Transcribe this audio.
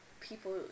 people